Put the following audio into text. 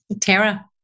Tara